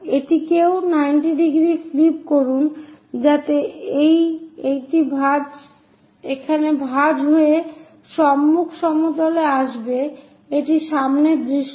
এটিকেও 90 degree flip করুন যাতে এটি এখানে ভাঁজ হয়ে সম্মুখ সমতলে আসবে এটি সামনের দৃশ্য